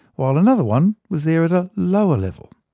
while another one was there at a lower level.